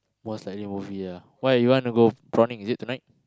most likely movie ah why you want to go prawning is it tonight